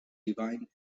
divine